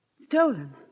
Stolen